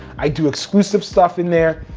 i do exclusive stuff in there,